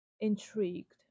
intrigued